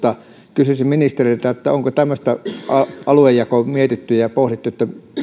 kysyisin ministeriltä onko tämmöistä aluejakoa mietitty ja pohdittu